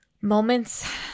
moments